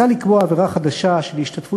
לפיכך מוצע לקבוע עבירה חדשה של השתתפות